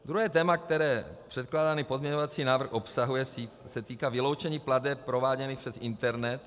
Druhé téma, které předkládaný pozměňovací návrh obsahuje, se týká vyloučení plateb prováděných přes internet.